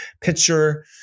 picture